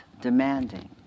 demanding